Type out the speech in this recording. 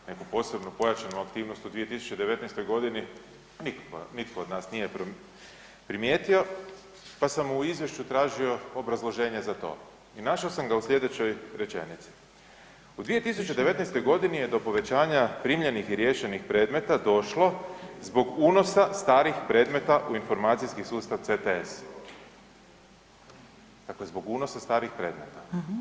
Neku posebno pojačanu aktivnost u 2019.g. nitko od nas nije primijetio pa sam u izvješću tražio obrazloženje za to i našao sam ga u sljedećoj rečenici „U 2019.g. je do povećanja primljenih i riješenih predmeta došlo zbog unosa starih predmeta u informacijski sustav CTS“, dakle zbog unosa starih predmeta.